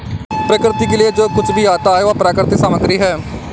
प्रकृति के लिए जो कुछ भी आता है वह प्राकृतिक सामग्री है